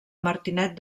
martinet